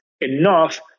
enough